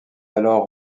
alors